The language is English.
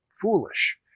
foolish